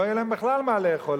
לא יהיה להם בכלל מה לאכול.